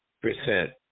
percent